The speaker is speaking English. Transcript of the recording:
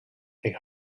they